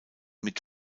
mit